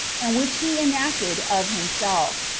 and which he enacted of himself,